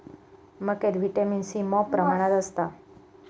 मक्यात vitamin C मॉप प्रमाणात असता